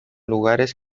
lugares